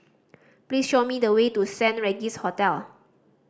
please show me the way to Saint Regis Hotel